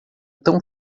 tão